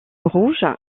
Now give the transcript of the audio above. rouge